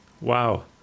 Wow